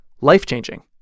life-changing